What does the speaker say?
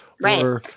right